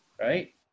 right